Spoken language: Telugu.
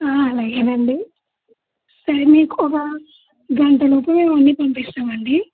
ఆ అలాగేనండి మీకు ఒక గంటలోపు ఇవన్నీ పంపిస్తామండీ